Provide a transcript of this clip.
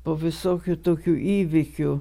po visokių tokių įvykių